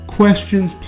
questions